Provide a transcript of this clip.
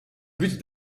but